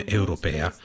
europea